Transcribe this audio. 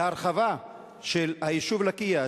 ותוכנית ההרחבה של היישוב לקיה,